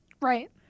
Right